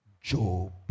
Job